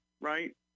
right